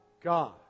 God